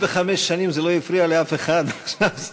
65 שנים זה לא הפריע לאף אחד, עכשיו זה,